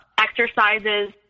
exercises